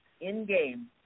in-game